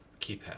keypad